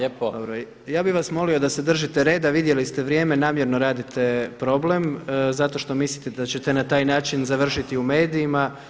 Ja bih vas molio da se držite reda, vidjeli ste vrijeme, namjerno radite problem zato što mislite da ćete na taj način završiti u medijima.